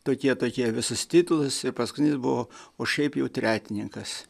tokie tokie visus titulus ir paskutinis buvo o šiaip jau tretininkas